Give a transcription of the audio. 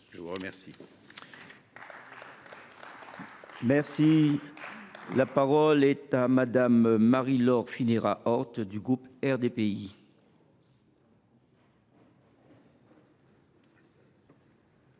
je vous remercie